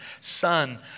son